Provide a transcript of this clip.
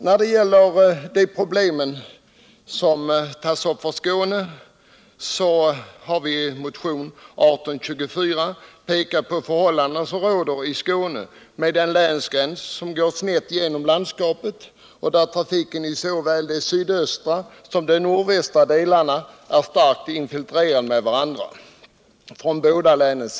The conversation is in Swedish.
När det gäller problemen för Skåne har vi i vår motion pekat på de särskilda förhållanden som råder där på grund av att länsgränsen går snett igenom landskapet, där trafikströmmarna i såväl de sydöstra som de nordvästra delarna är starkt infiltrerade med varandra.